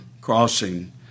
crossing